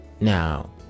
Now